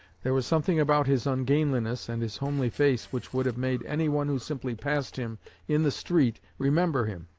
there was something about his ungainliness and his homely face which would have made anyone who simply passed him in the street remember him.